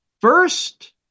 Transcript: First